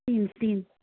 तीन तीन